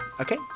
Okay